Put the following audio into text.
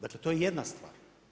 Dakle, to je jedna stvar.